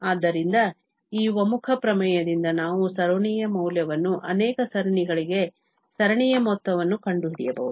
ಆದ್ದರಿಂದ ಈ ಒಮ್ಮುಖ ಪ್ರಮೇಯದಿಂದ ನಾವು ಸರಣಿಯ ಮೌಲ್ಯವನ್ನು ಅನೇಕ ಸರಣಿಗಳಿಗೆ ಸರಣಿಯ ಮೊತ್ತವನ್ನು ಕಂಡುಹಿಡಿಯಬಹುದು